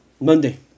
Monday